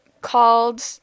called